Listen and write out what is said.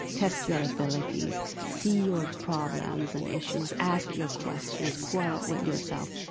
test your abilities, see your problems and issues, ask your questions, quarrel with yourself,